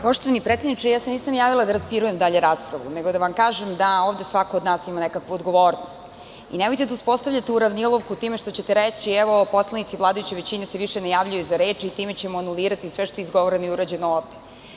Poštovani predsedniče, ja se nisam javila da raspirujem dalje raspravu, nego da kažem da ovde svako od nas ima nekakvu odgovornost i nemojte da uspostavljate uravnilovku time što ćete reći, evo, poslanici vladajuće većine se više ne javljaju za reč i time ćemo anulirati sve što je izgovoreno i urađeno ovde.